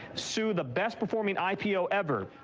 sue, the best performing ipo ever.